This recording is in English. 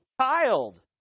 child